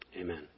Amen